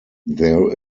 there